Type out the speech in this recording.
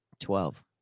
Twelve